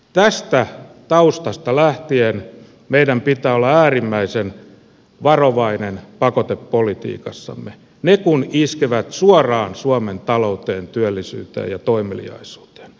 tästä taustasta lähtien meidän pitää olla äärimmäisen varovainen pakotepolitiikassamme pakotteet kun iskevät suoraan suomen talouteen työllisyyteen ja toimeliaisuuteen